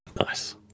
Nice